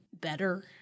better